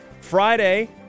Friday